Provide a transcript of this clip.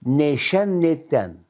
nei šen nei ten